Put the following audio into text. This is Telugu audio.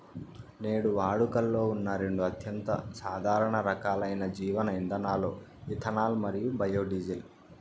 నేడు వాడుకలో ఉన్న రెండు అత్యంత సాధారణ రకాలైన జీవ ఇంధనాలు ఇథనాల్ మరియు బయోడీజిల్